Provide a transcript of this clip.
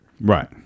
Right